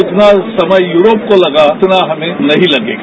जितना समय यूरोप को लगा उतना हमें नही लगेगा